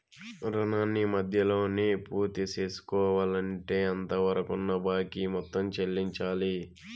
రుణాన్ని మధ్యలోనే పూర్తిసేసుకోవాలంటే అంతవరకున్న బాకీ మొత్తం చెల్లించాలి